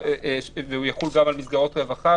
והוא יחול גם על מסגרות רווחה